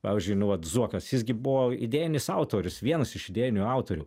pavyzdžiui nu vat zuokas jis gi buvo idėjinis autorius vienas iš idėjinių autorių